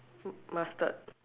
m~ mustard